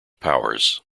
powers